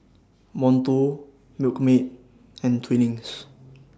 Monto Milkmaid and Twinings